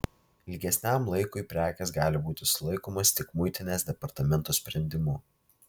ilgesniam laikui prekės gali būti sulaikomos tik muitinės departamento sprendimu